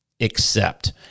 accept